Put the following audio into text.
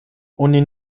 oni